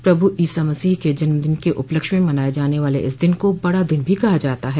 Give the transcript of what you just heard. प्रभु ईसा मसीह के जन्मदिन के उपलक्ष्य में मनाये जाने वाले इस दिन को बड़ा दिन भी कहा जाता है